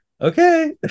okay